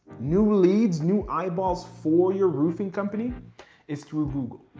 new leads, new eyeballs for your roofing company is through google.